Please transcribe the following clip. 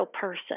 person